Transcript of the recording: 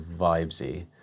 vibesy